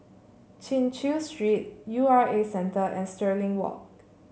Chin Chew Street U R A Centre and Stirling Walk